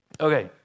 okay